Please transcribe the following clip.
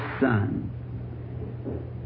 Son